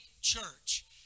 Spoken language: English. church